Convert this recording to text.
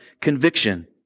conviction